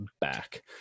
back